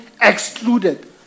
excluded